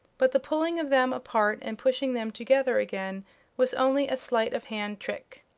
but the pulling of them apart and pushing them together again was only a sleight-of-hand trick.